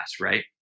right